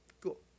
Cool